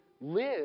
live